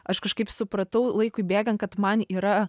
aš kažkaip supratau laikui bėgant kad man yra